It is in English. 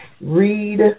read